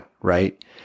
right